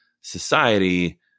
society